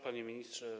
Panie Ministrze!